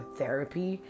therapy